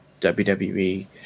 WWE